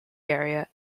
area